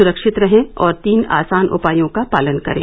सुरक्षित रहें और तीन आसान उपायों का पालन करें